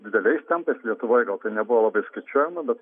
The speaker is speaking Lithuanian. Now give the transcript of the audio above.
dideliais tempais lietuvoj gal tai nebuvo labai skaičiuojama bet